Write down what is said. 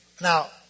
Now